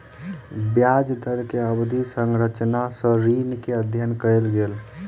ब्याज दर के अवधि संरचना सॅ ऋण के अध्ययन कयल गेल